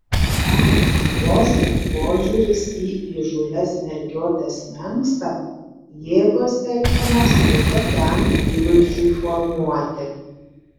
vos tik požiūris į įžūlias mergiotes menksta jėgos telkiamos kitokiam įvaizdžiui formuoti